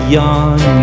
young